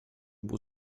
był